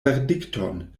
verdikton